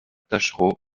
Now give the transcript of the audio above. taschereau